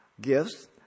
gifts